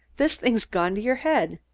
this thing's gone to your head.